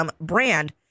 brand